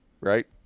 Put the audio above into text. right